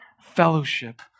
fellowship